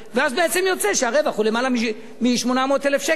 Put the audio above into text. ואז בעצם יוצא שהרווח הוא למעלה מ-800,000 שקלים,